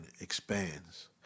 expands